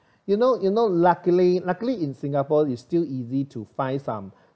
you know you know luckily luckily in singapore is still easy to find some